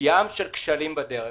ים של כשלים בדרך,